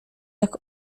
jak